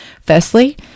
Firstly